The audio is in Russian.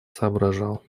соображал